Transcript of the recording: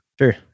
Sure